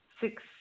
six